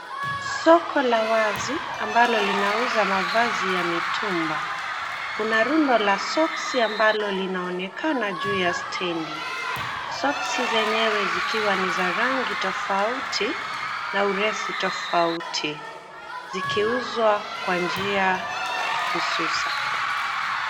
Soko la wazi ambalo linauza mavazi ya mitumba. Kuna rundo ya soksi ambalo linaonekana juu ya stendi. Soksi zenyewe zikiwa ni za rangi tofauti na urefu tofauti zikiuzwa kwa njia hususa.